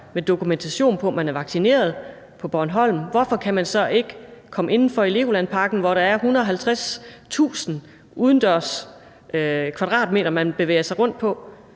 med dokumentation for, at man er vaccineret, hvorfor kan man så ikke komme inden for i LEGOLAND Parken, hvor der er 150.000 udendørs kvadratmeter at bevæge sig rundt på?